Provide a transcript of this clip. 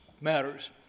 matters